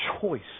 choice